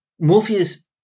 Morpheus